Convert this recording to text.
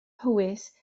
mhowys